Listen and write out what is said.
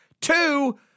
Two